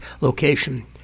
location